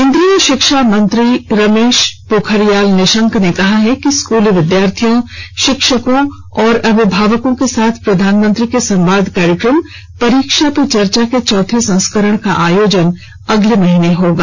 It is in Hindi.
केन्द्रीय शिक्षा मंत्री रमेश पोखरियाल निशंक ने कहा है कि स्कूली विद्यार्थियों शिक्षकों और अभिभावकों के साथ प्रधानमंत्री के संवाद कार्यक्रम परीक्षा पे चर्चा के चौथे संस्करण का आयोजन अगले महीने होगा